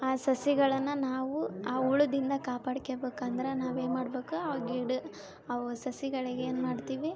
ಆ ಸಸಿಗಳನ್ನ ನಾವು ಆ ಹುಳದಿಂದ ಕಾಪಾಡ್ಕೆಬೇಕಂದರೆ ನಾವೇನು ಮಾಡ್ಬೇಕು ಆ ಗಿಡ ಆ ಸಸಿಗಳಿಗೇನು ಮಾಡ್ತೀವಿ